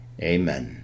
Amen